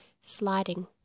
sliding